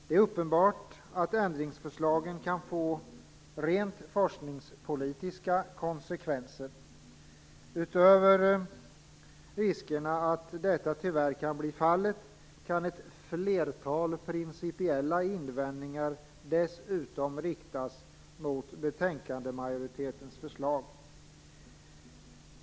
Det är uppenbart att ändringsförslagen kan få rent forskningspolitiska konsekvenser. Utöver risken att detta tyvärr kan bli fallet, kan ett flertal principiella invändningar dessutom riktas mot betänkandemajoritetens förslag.